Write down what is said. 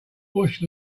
bush